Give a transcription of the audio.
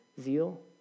Zeal